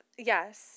Yes